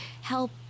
help